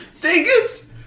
Dingus